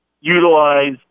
utilize